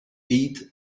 eat